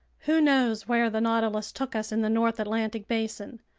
who knows where the nautilus took us in the north atlantic basin?